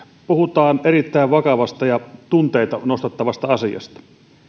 puhutaan erittäin vakavasta ja tunteita nostattavasta asiasta